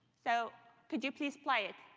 so could you please play it?